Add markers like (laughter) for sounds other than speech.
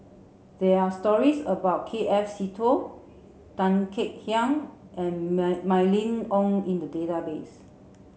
there are stories about K F Seetoh Tan Kek Hiang and (unintelligible) Mylene Ong in the database